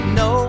no